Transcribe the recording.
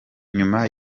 nyuma